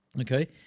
Okay